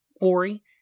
Ori